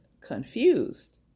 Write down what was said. confused